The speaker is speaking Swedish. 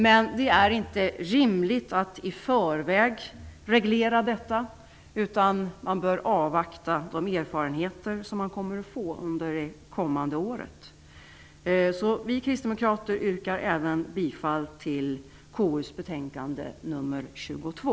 Men det är inte rimligt att i förväg reglera detta, utan man bör avvakta de erfarenheter som man får under det kommande året. Vi kristdemokrater yrkar även bifall till hemställan i KU:s betänkande nr 22.